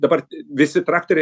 dabar visi traktoriai